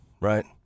Right